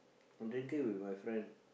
I'm drinking with my friend